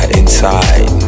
inside